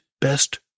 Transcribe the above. Best